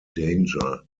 danger